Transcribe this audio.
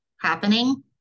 happening